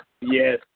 Yes